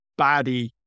baddie